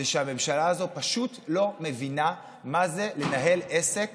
זה שהממשלה הזאת לא מבינה מה זה לנהל עסק